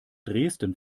dresden